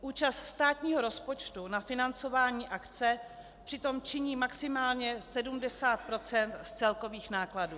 Účast státního rozpočtu na financování akce přitom činí maximálně 70 % z celkových nákladů.